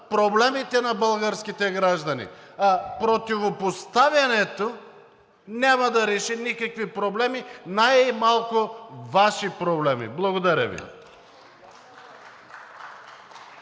проблемите на българските граждани, а противопоставянето няма да реши никакви проблеми, най-малко Ваши проблеми. Благодаря Ви.